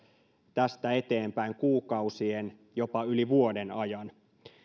tästä eteenpäin kuukausien jopa yli vuoden ajan